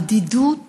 הבדידות